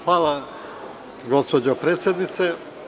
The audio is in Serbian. Hvala, gospođo predsednice.